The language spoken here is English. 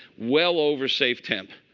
well over safe temp.